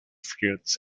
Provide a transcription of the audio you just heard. fruits